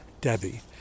Debbie